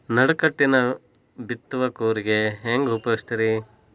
ನಡುಕಟ್ಟಿನ ಬಿತ್ತುವ ಕೂರಿಗೆ ಹೆಂಗ್ ಉಪಯೋಗ ರಿ?